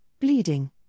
bleeding